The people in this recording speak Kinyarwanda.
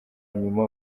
nyuma